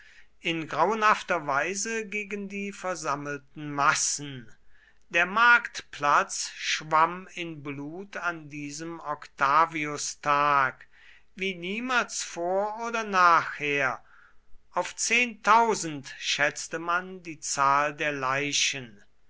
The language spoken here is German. in grauenhafter weise gegen die versammelten massen der marktplatz schwamm in blut an diesem octaviustag wie niemals vor oder nachher auf zehntausend schätzte man die zahl der leichen